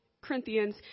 Corinthians